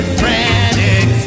frantic